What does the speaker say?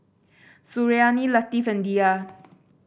Suriani Latif and Dhia